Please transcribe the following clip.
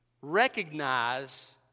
Recognize